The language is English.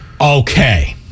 Okay